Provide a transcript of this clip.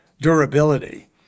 durability